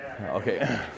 Okay